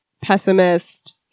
pessimist